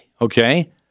okay